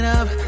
up